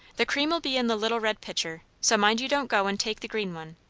the cream'll be in the little red pitcher so mind you don't go and take the green one.